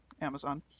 Amazon